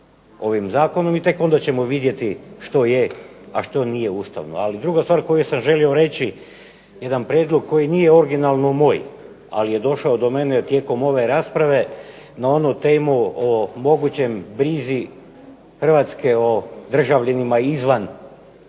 ovim zakonom i tek onda ćemo vidjeti što je a što nije ustavno. Druga stvar koju sam želio reći jedan prijedlog koji nije originalno moj ali je došao do mene tijekom ove rasprave na onu temu o mogućoj brizi Hrvatske o državljanima izvan